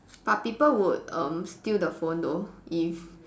but people would um steal the phone though if